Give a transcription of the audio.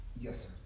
Yes